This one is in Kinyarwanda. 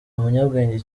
umunyabwenge